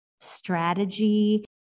strategy